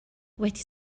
wedi